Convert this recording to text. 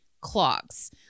clogs